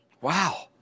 Wow